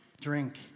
Drink